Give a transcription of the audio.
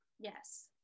Yes